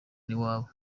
iwabo